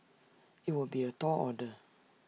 IT would be A tall order